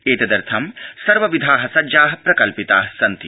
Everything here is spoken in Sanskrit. एत र्थ सर्वविधा सज्जा प्रकल्पिता सन्ति